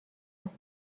واسه